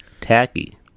Tacky